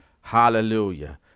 Hallelujah